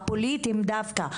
הפוליטיים דווקא.